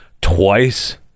twice